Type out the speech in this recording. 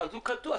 אז תחכו להמשך.